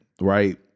right